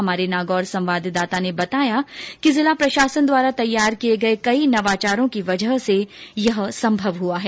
हमारे नागौर संवाददाता ने बताया कि जिला प्रशासन द्वारा किये गये कई नवाचारों की वजह से यह संभव हआ है